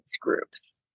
groups